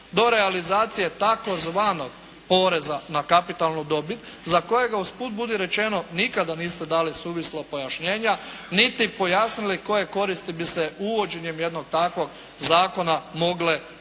do realizacije tzv. poreza na kapitalnu dobit za kojeg usput budi rečeno nikada niste dali suvislo pojašnjenja niti pojasnili koje koristi bi se uvođenjem jednog takvog zakona mogle